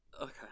okay